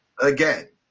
again